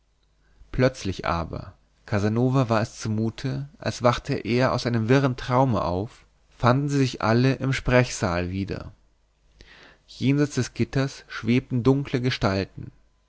plötzlich aber casanova war es zumute als wachte er aus einem wirren traume auf fanden sie sich alle im sprechsaal wieder jenseits des gitters schwebten dunkle gestalten